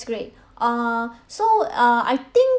great uh so uh I think